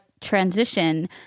transition